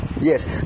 Yes